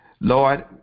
Lord